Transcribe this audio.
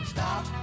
Stop